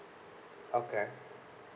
okay